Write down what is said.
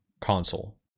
console